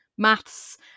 maths